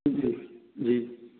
जी जी